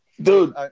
dude